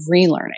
relearning